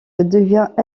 devient